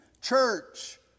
church